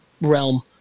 realm